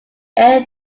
air